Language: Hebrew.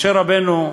משה רבנו,